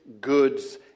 goods